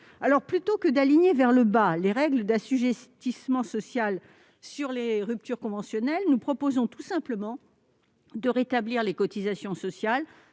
Plutôt que d'aligner vers le bas les règles d'assujettissement social sur les ruptures conventionnelles, nous proposons tout simplement de rétablir les cotisations sociales